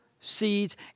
seeds